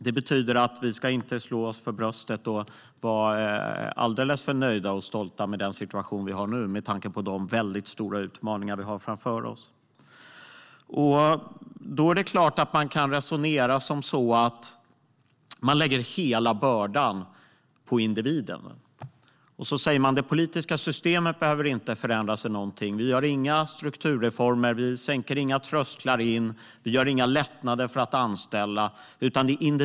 Det betyder att vi inte ska slå oss för bröstet och vara alldeles för nöjda och stolta med den situation vi har nu med tanke på den situation vi har nu och de väldigt stora utmaningar vi har framför oss. Det är klart att man kan resonera som så att man lägger hela bördan på individen. Det politiska systemet behöver inte förändra sig någonting. Vi har inga strukturreformer. Vi sänker inga trösklar in. Vi gör inga lättnader för att anställa.